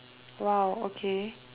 !wow! okay